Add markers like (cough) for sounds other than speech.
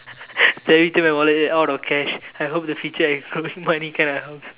then everytime my wallet is out of cash (laughs) I hope the feature of growing money kind of helps